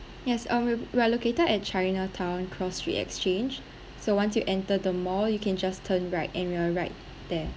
yes um w~ we are located at chinatown cross street exchange so once you enter the mall you can just turn right and we are right there